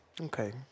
Okay